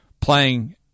playing